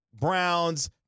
Browns